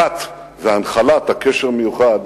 בהעמקת והנחלת הקשר המיוחד